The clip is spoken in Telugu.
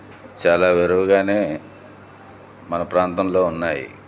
చాలా విరివిగానే మన ప్రాంతంలో ఉన్నాయి